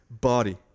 body